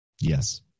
Yes